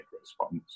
response